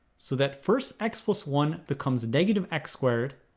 so that first x plus one becomes negative x squared,